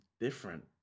different